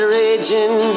raging